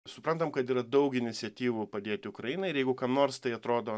suprantam kad yra daug iniciatyvų padėti ukrainai ir jeigu kam nors tai atrodo